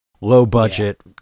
low-budget